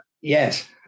yes